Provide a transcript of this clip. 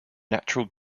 natural